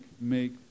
make